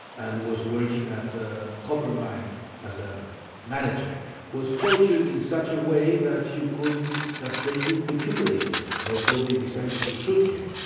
and was working at a copper mine as a manager was tortured in such a way that you couldn't that they couldn't recuperate him. therefore, they decided to shoot him